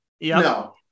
No